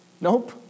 Nope